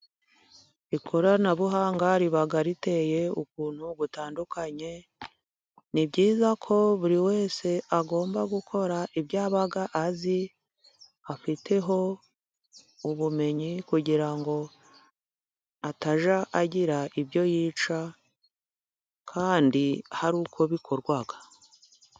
Ikoranabuhanga riba riteye ukuntu gutandukanye ni byiza ko buri wese agomba gukora ibyo aba azi afiteho ubumenyi kugira ngo atajya agira ibyo yica kandi hari uko bikorwa.